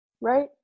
Right